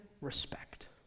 respect